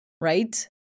right